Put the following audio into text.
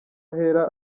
ahera